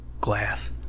glass